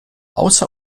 außer